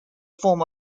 form